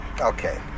Okay